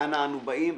אנה אנו באים,